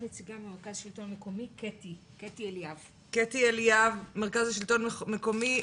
קטי אליאב מהמרכז לשלטון מקומי,